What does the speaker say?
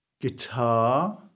guitar